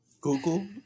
Google